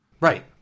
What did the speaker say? right